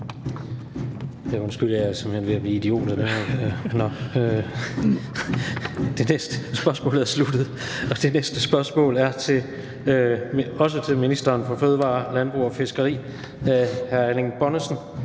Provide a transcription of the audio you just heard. Ja, undskyld, jeg er simpelt hen ved at blive idiot af støjen udenfor. Spørgsmålet er sluttet. Det næste spørgsmål er også til ministeren for fødevarer, landbrug og fiskeri, og det